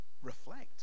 Reflect